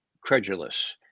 credulous